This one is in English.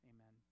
Amen